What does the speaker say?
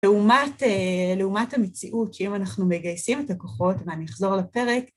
לעומת המציאות שאם אנחנו מגייסים את הכוחות, ואני אחזור לפרק,